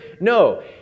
No